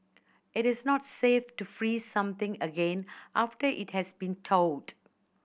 it is not safe to freeze something again after it has been thawed